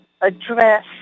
address